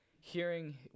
hearing